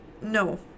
No